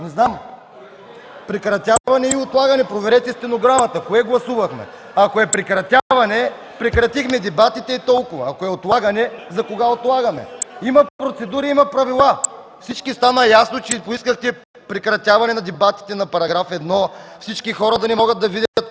от ГЕРБ.) „Прекратяване и отлагане”. Проверете в стенограмата! Кое гласувахме? Ако е „прекратяване”, прекратихме дебатите, и толкова. Ако е „отлагане”, за кога отлагаме? Има процедури, има правила. За всички стана ясно, че искате прекратяване на дебатите по § 1. Всички хора могат да видят